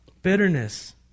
Bitterness